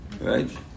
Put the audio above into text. right